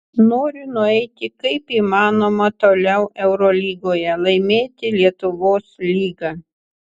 noriu nueiti kaip įmanoma toliau eurolygoje laimėti lietuvos lygą